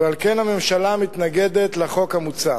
ועל כן הממשלה מתנגדת לחוק המוצע.